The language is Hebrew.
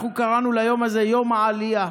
אנחנו קראנו ליום הזה "יום העלייה",